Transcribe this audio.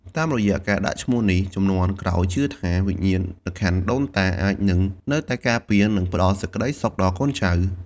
តាមរយៈការដាក់ឈ្មោះនេះ ជំនាន់ក្រោយជឿថា វិញ្ញាណក្ខន្ធដូនតាអាចនឹងនៅតែការពារ និងផ្តល់សេចក្តីសុខដល់កូនចៅ។